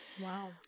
Wow